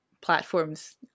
platforms